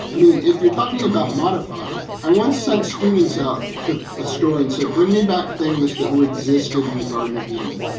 i mean, if you're talking about modified, i once sent students out to the store and said bring me back things that were existed in the garden of eden.